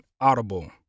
Audible